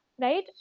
Right